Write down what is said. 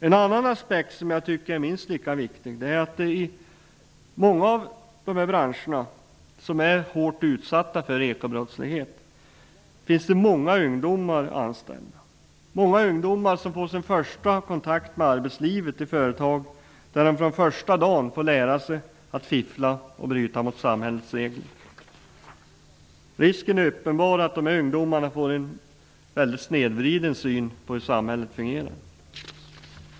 En annan aspekt, som är minst lika viktig, är att det i många av de branscher som är hårt utsatta för ekobrottslighet finns många ungdomar anställda. Många får sin första kontakt med arbetslivet i företag där de från första dagen får lära sig att fiffla och bryta mot samhällets regler. Risken är uppenbar att dessa ungdomar får en snedvriden syn på hur samhället fungerar.